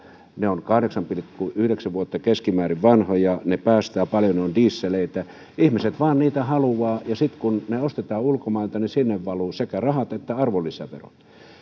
ne ovat keskimäärin kahdeksan pilkku yhdeksän vuotta vanhoja ne päästävät paljon ne ovat dieseleitä ihmiset vain niitä haluavat ja sitten kun ne ostetaan ulkomailta niin sinne valuvat sekä rahat että arvonlisäverot